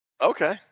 Okay